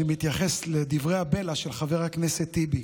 מתייחס לדברי הבלע של חבר הכנסת טיבי.